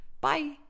Bye